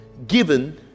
Given